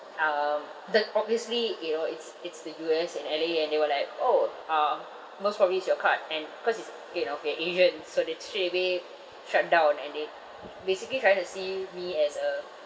um the obviously you know it's it's the U_S in L_A and they were like orh uh most probably is your card and cause it's you know we're asians so they straightaway shutdown and they basically trying to see me as a